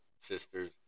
sisters